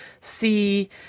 see